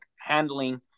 handling